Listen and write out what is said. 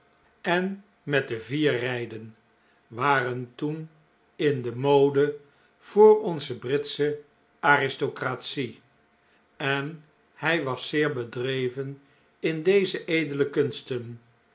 en met de vier rijden waren toen in de mode voor onze britsche aristocratie en hij was zeer bedreven in deze edele kunsten